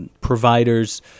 providers